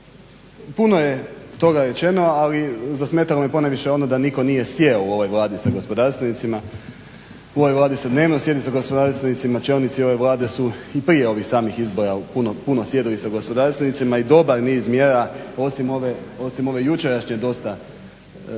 Puno je toga rečeno, ali zasmetalo mi je ponajviše ono da nitko nije sjeo u ovoj Vladi sa gospodarstvenicima. U ovoj Vladi se dnevno sjedi sa gospodarstvenicima, čelnici ove Vlade su i prije ovih samih izbora puno, puno sjedili sa gospodarstvenicima i dobar niz mjera osim ove jučerašnje dosta,